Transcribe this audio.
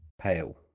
pale